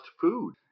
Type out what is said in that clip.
food